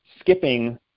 skipping